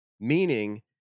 meaning